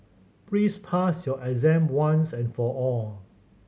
please pass your exam once and for all